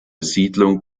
siedlung